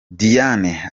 diane